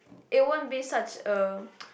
it won't be such a